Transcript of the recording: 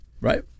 Right